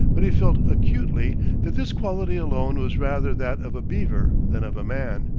but he felt acutely that this quality alone was rather that of a beaver than of a man.